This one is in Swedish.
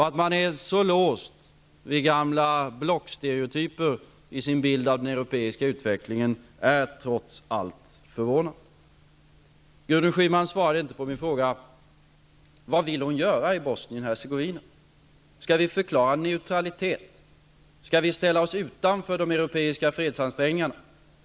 Att man är så låst vid gamla blockstereotyper i sin bild av den europeiska utvecklingen är trots allt förvånande. Gudrun Schyman svarade inte på min fråga vad hon vill göra i Kroatien. Skall vi förklara neutralitet? Skall vi ställa oss utanför de europeiska fredsansträngningarna?